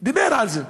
דיבר על זה,